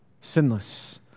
sinless